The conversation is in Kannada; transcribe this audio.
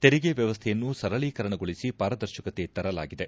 ತೆರಿಗೆ ವ್ಯವಸ್ಥೆಯನ್ನು ಸರಳೀಕರಣಗೊಳಿಸಿ ಪಾರದರ್ಶಕತೆ ತರಲಾಗಿದೆ